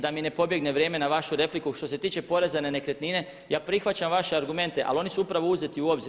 Da mi ne pobjegne vrijeme na vašu repliku, što se tiče poreza na nekretnine, ja prihvaćam vaše argumente ali su oni upravo uzeti u obzir.